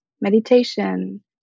meditation